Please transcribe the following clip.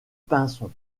pinson